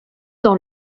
dans